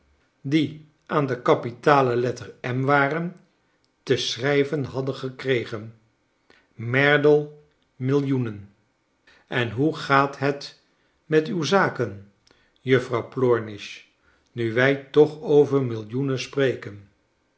die aan de kapitale letter m waren te schrij ven hadden gekregen merdle millioenen en hoe gaat het met uw zaken juffrouw plornish nu wij toch over millioenen spreken